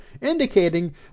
indicating